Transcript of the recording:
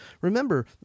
Remember